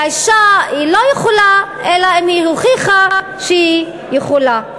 והאישה היא לא יכולה אלא אם היא הוכיחה שהיא יכולה.